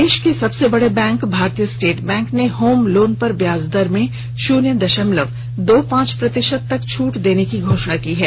देश के सबसे बड़े बैंक भारतीय स्टेट बैंक ने होम लोन पर ब्याज दर में शुन्य दशमलव दो पांच प्रतिशत तक छूट देने की घोषणा की है